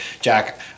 Jack